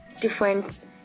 different